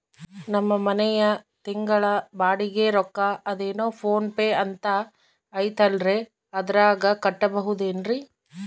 ನಮ್ಮ ಮನೆಯ ತಿಂಗಳ ಬಾಡಿಗೆ ರೊಕ್ಕ ಅದೇನೋ ಪೋನ್ ಪೇ ಅಂತಾ ಐತಲ್ರೇ ಅದರಾಗ ಕಟ್ಟಬಹುದೇನ್ರಿ?